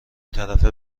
طرفه